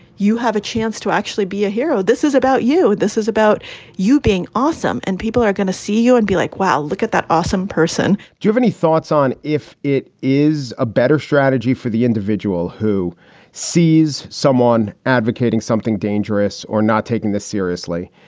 you have a chance to actually be a hero. this is about you. this is about you being awesome and people are gonna see you and be like, wow, look at that awesome person you have any thoughts on if it is a better strategy for the individual who sees someone advocating something dangerous or not taking this seriously?